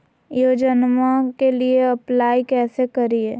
योजनामा के लिए अप्लाई कैसे करिए?